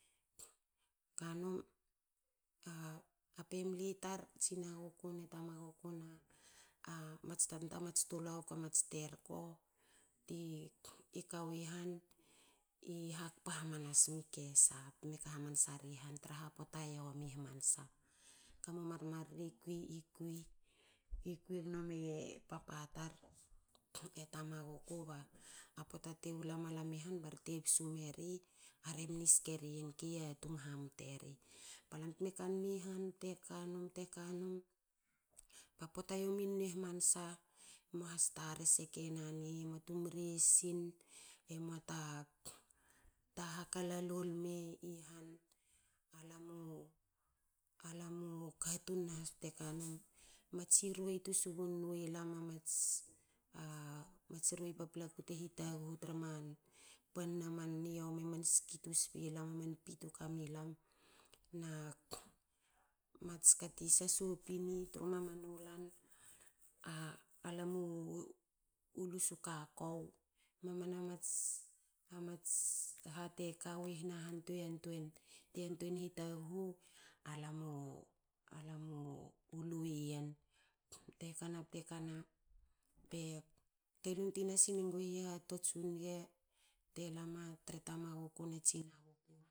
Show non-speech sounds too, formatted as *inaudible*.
Kanum a famli tar tsinaguku ne tamaguku na ma *hesitation* mats tanta mats tuluanguku mats terko tikawi han i hakpa hamansa mi kesa tme ka hamansa ri han traha pota a yomi hamansa. Kamu marmara i kui gnomi e papa tar e tamaguku ba a *hesitation* pota tu la malam i han ba rori te bsu meri a rori na e ske ri yen ke yatung hamteri. Ba lamte ka num i han. Kanum bte kanum ba pota yomi hamansa *unintelligible* mua has ta rese ke nan ni, mua tu mresin. emua ta ha ka *unintelligible* lol me i han. A lam u katun nahas bte kanum matsi ruei tu subun wa i lam mats rue paplaku te hitaghu tra man pan na man niomi. man ski tu sbi lam man pi tu kami lam na mats kate sasopini tru mama nulan *hesitation* alam u lu su. *unintelligible*